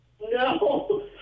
No